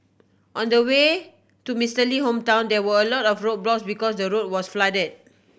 on the way to Mister Lee hometown there were a lot of roadblocks because the road was flooded